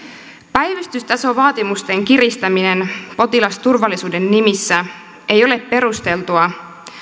päivystystasovaatimusten kiristäminen potilasturvallisuuden nimissä ei ole perusteltua